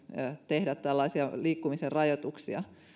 tehdä tällaisia liikkumisen rajoituksia